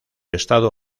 estado